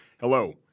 Hello